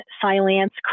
Silence